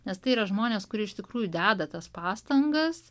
nes tai yra žmonės kurie iš tikrųjų deda tas pastangas